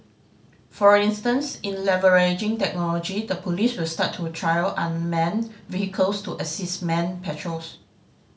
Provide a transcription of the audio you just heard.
for instance in leveraging technology the police will start to trial unmanned vehicles to assist manned patrols